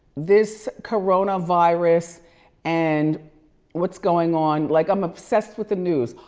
this coronavirus and what's going on, like i'm obsessed with the news.